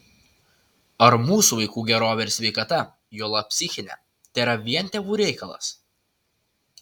ar mūsų vaikų gerovė ir sveikata juolab psichinė tėra vien tėvų reikalas